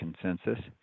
consensus